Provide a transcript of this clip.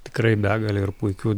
tikrai begalę ir puikių